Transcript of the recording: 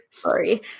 sorry